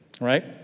Right